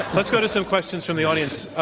let's go to some questions from the audience.